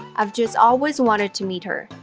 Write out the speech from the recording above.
i've just always wanted to meet her.